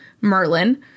merlin